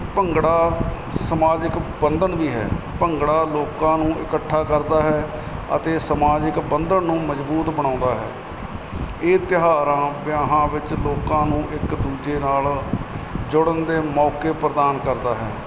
ਭੰਗੜਾ ਸਮਾਜਿਕ ਬੰਧਨ ਵੀ ਹੈ ਭੰਗੜਾ ਲੋਕਾਂ ਨੂੰ ਇਕੱਠਾ ਕਰਦਾ ਹੈ ਅਤੇ ਸਮਾਜਿਕ ਬੰਧਨ ਨੂੰ ਮਜ਼ਬੂਤ ਬਣਾਉਂਦਾ ਹੈ ਇਹ ਤਿਉਹਾਰਾਂ ਵਿਆਹਾਂ ਵਿਚ ਲੋਕਾਂ ਨੂ ਇਕ ਦੂਜੇ ਨਾਲ ਜੁੜਨ ਦੇ ਮੋਕੇ ਪ੍ਰਦਾਨ ਕਰਦਾ ਹੈ